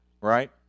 Right